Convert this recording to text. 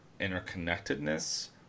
interconnectedness